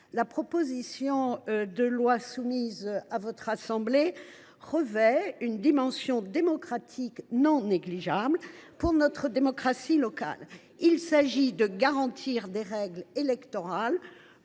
la proposition de loi soumise à votre assemblée revêt une dimension démocratique non négligeable pour notre démocratie locale : il s’agit de garantir des règles électorales